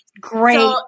great